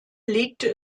legte